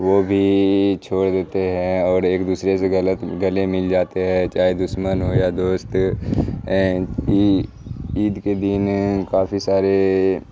وہ بھی چھوڑ دیتے ہیں اور ایک دوسرے سے غلط گلے مل جاتے ہیں چاہے دسمن ہو یا دوست ہو عید کے دن کافی سارے